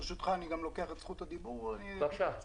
ברשותך, אני גם לוקח את זכות הדיבור בקצרה.